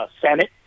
Senate